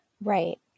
Right